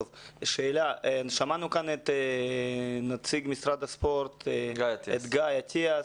שמענו כאן את נציג משרד הספורט, גיא אטיאס,